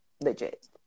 legit